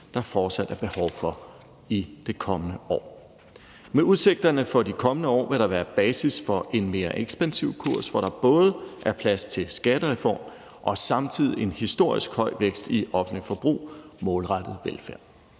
der fortsat er behov for i det kommende år. Med udsigterne for de kommende år vil der være basis for en mere ekspansiv kurs, hvor der både er plads til en skattereform og samtidig en historisk høj vækst i det offentlige forbrug målrettet velfærd.